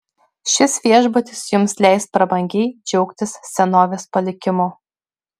šis viešbutis jums leis prabangiai džiaugtis senovės palikimu